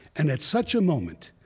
and at such a moment,